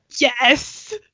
Yes